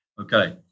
Okay